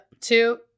two